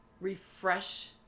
refresh